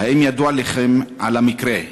1. האם ידוע לכם על המקרה?